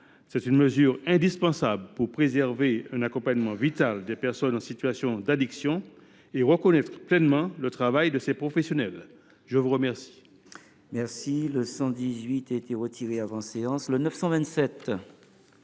Cette mesure est indispensable pour préserver un accompagnement vital des personnes en situation d’addiction et reconnaître pleinement le travail de ces professionnels. L’amendement